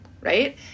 right